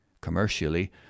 Commercially